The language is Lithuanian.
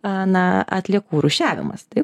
na atliekų rūšiavimas taip